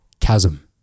chasm